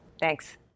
Thanks